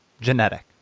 genetic